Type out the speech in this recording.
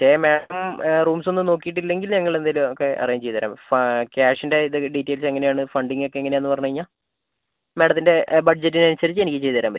stay madam rooms ഒന്നും നോക്കിയിട്ടില്ലെങ്കിൽ ഞങ്ങൾ എന്തെങ്കിലും ഒക്കെ അറേഞ്ച് ചെയ്തുതരാം ഫ ക്യാഷിൻ്റെ ഇതൊക്കെ ഡീറ്റെയിൽസ് എങ്ങനെയാണ് ഫണ്ടിംഗ് ഒക്കെ എങ്ങനെയാണെന്ന് പറഞ്ഞുകഴിഞ്ഞാൽ മാഡത്തിൻ്റെ ബഡ്ജറ്റിന് അനുസരിച്ച് എനിക്ക് ചെയ്തുതരാൻ പറ്റും